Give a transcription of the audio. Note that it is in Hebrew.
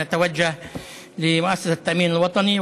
ואין צורך לפנות למוסד לביטוח לאומי.